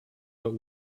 but